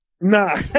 Nah